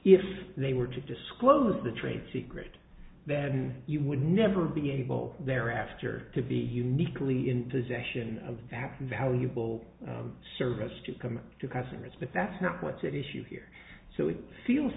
if they were to disclose the trade secret then you would never be able thereafter to be uniquely in possession of the fact valuable service to come to customers but that's not what's at issue here so it feels